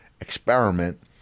experiment